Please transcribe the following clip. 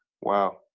Wow